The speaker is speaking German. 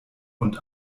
und